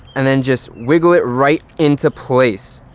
and then just wiggle it right into place.